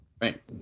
Right